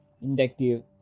inductive